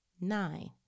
Nine